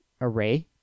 Array